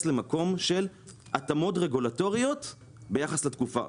למקום של התאמות רגולטוריות ביחס לתקופה,